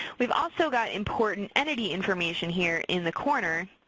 we've also got important entity information here in the corner.